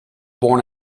born